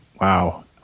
wow